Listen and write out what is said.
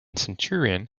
centurion